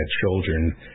children